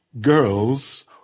girls